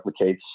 replicates